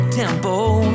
tempo